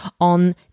on